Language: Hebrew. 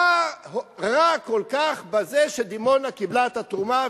מה רע כל כך בזה שדימונה קיבלה את התרומה,